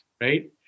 right